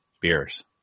beers